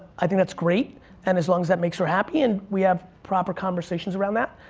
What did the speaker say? i think that's great and as long as that makes her happy and we have proper conversations around that,